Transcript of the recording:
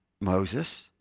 Moses